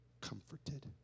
comforted